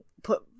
Put